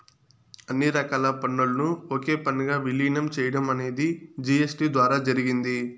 అన్ని రకాల పన్నులను ఒకే పన్నుగా విలీనం చేయడం అనేది జీ.ఎస్.టీ ద్వారా జరిగింది